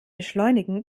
beschleunigen